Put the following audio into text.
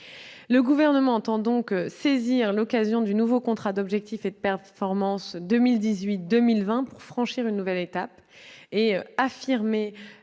Le Gouvernement entend saisir l'occasion du nouveau contrat d'objectifs et de performance 2018-2020 pour franchir une nouvelle étape et affirmer